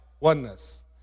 oneness